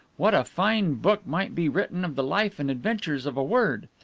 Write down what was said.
what a fine book might be written of the life and adventures of a word!